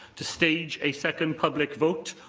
to stage a second public vote,